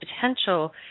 potential